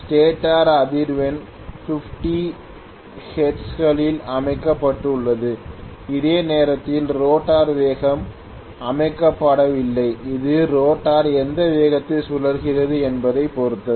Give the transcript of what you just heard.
stator அதிர்வெண் 50 hertz கலில் அமைக்கப்பட்டுள்ளது அதே நேரத்தில் ரோட்டார் வேகம் அமைக்கப்படவில்லை இது ரோட்டார் எந்த வேகத்தில் சுழல்கிறது என்பதைப் பொறுத்தது